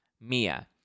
Mia